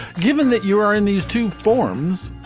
given that you are in these two forms,